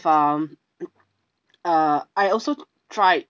um uh I also tried